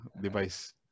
device